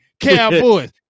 Cowboys